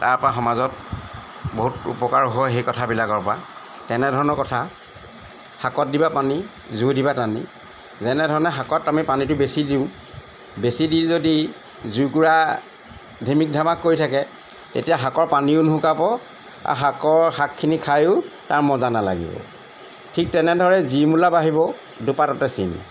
তাৰ পৰা সমাজত বহুত উপকাৰ হয় সেই কথাবিলাকৰ পৰা তেনেধৰণৰ কথা শাকত দিবা পানী জুই দিবা টানি যেনেধৰণে শাকত আমি পানীটো বেছি দিওঁ বেছি দি যদি জুইকুৰা ঢিমিক ঢামাক কৰি থাকে তেতিয়া শাকৰ পানীও নুশুকাব আৰু শাকৰ শাকখিনি খায়ো তাৰ মজা নালাগিব ঠিক তেনেদৰে যি মূলা বাঢ়িব দুপাততে চিন